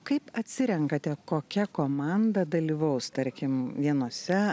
kaip atsirenkate kokia komanda dalyvaus tarkim vienose